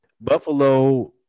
Buffalo